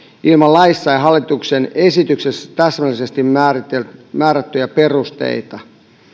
ilman laissa ja hallituksen esityksessä täsmällisesti määrättyjä perusteita